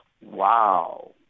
Wow